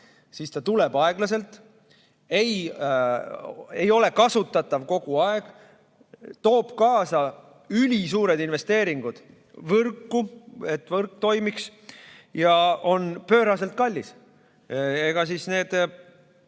siis ta tuleb aeglaselt, ei ole kasutatav kogu aeg, toob kaasa ülisuured investeeringud võrku, et võrk toimiks, ja on pööraselt kallis. Neist